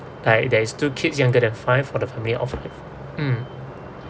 like there is two kids younger than five out of me of mm